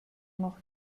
noch